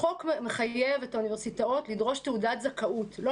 החוק מחייב את האוניברסיטאות לדרוש תעודת זכאות ולא